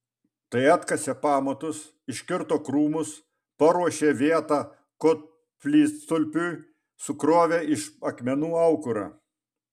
tai atkasė pamatus iškirto krūmus paruošė vietą koplytstulpiui sukrovė iš akmenų aukurą